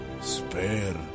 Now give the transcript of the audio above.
Spare